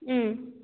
अँ